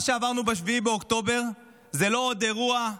מה שעברנו ב-7 באוקטובר זה לא עוד אירוע,